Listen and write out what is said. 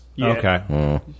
Okay